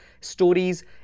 stories